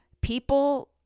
People